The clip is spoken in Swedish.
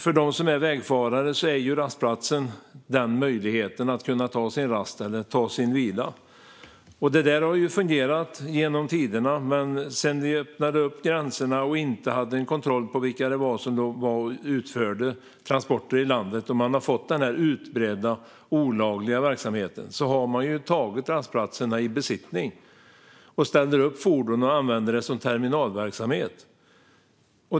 För dem som är vägfarare är rastplatsen möjligheten att ta sin rast eller sin vila. Det har fungerat genom tiderna. Men sedan vi öppnade upp gränserna och förlorade kontrollen över vilka som utför transporter i landet har vi fått den här utbredda olagliga verksamheten som har tagit rastplatserna i besittning, ställer upp fordon och använder dem till terminalverksamhet.